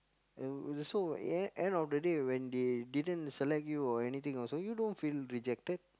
uh so e~ end of the day when they didn't select you or anything also you don't feel rejected